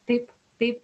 taip taip